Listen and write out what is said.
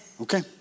Okay